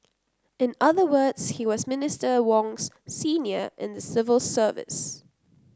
in other words he was Minister Wong's senior in the civil service